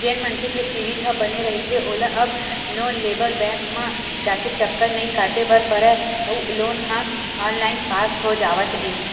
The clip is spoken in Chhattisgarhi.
जेन मनखे के सिविल ह बने रहिथे ओला अब लोन लेबर बेंक म जाके चक्कर नइ काटे बर परय अउ लोन ह ऑनलाईन पास हो जावत हे